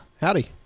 Howdy